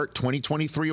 2023